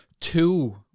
Two